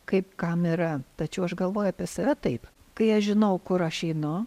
kaip kam yra tačiau aš galvoju apie save taip kai aš žinau kur aš einu